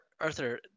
Arthur